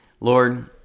lord